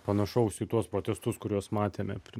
panašaus į tuos protestus kuriuos matėme prie